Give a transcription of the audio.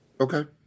okay